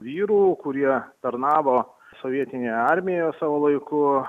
vyrų kurie tarnavo sovietinėje armijo savo laiku